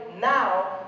now